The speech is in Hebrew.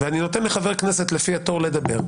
ואני נותן לחבר כנסת לפי התור לדבר.